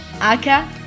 Aka